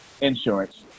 insurance